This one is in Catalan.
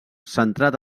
centrat